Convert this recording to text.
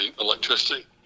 electricity